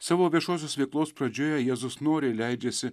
savo viešosios veiklos pradžioje jėzus noriai leidžiasi